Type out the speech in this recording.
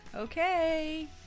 okay